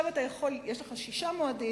עכשיו יש לך שישה מועדים,